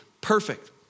perfect